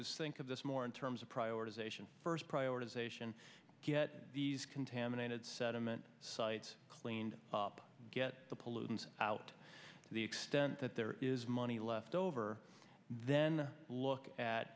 is think of this more in terms of prioritization first prioritization get these contaminated sediment sites cleaned up get the pollutants out the extent that there is money left over then look at